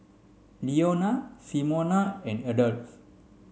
Leona Simona and Adolph